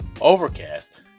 Overcast